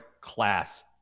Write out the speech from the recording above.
class